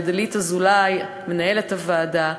לדלית אזולאי מנהלת הוועדה,